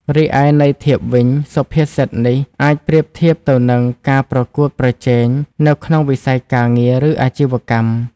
រីឯន័យធៀបវិញ សុភាសិតនេះអាចប្រៀបធៀបទៅនឹង ការប្រកួតប្រជែង នៅក្នុងវិស័យការងារ ឬអាជីវកម្ម។